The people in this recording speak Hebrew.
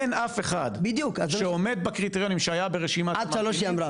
אין אף אחד שעומד בקריטריונים שהיה ברשימת ממתינים,